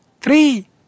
three